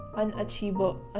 unachievable